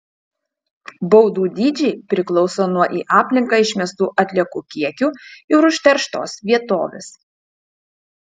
baudų dydžiai priklauso nuo į aplinką išmestų atliekų kiekių ir užterštos vietovės